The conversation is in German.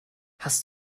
hast